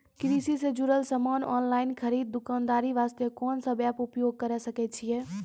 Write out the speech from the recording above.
कृषि से जुड़ल समान ऑनलाइन खरीद दुकानदारी वास्ते कोंन सब एप्प उपयोग करें सकय छियै?